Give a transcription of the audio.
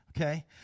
Okay